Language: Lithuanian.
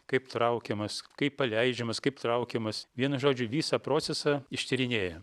kaip traukiamas kaip paleidžiamas kaip traukiamas vienu žodžiu visą procesą ištyrinėja